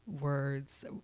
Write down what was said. words